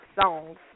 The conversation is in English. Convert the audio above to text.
songs